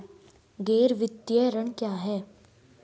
गैर वित्तीय ऋण क्या है?